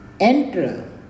enter